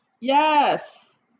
Yes